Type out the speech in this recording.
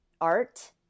art